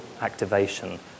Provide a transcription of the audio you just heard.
activation